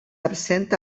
absent